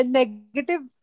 negative